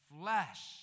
flesh